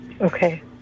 okay